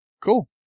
Cool